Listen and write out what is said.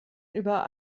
über